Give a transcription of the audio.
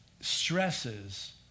stresses